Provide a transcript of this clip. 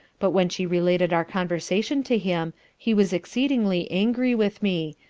but when she related our conversation to him, he was exceedingly angry with me,